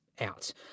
out